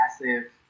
massive